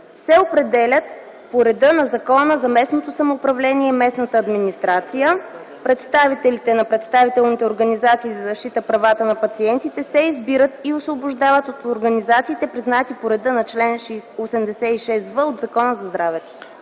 се определят по реда на Закона за местното самоуправление и местната администрация. Представителите на представителните организации за защита правата на пациентите се избират и освобождават от организациите, признати по реда на чл. 86в от Закона за здравето”.